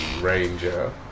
ranger